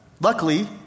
luckily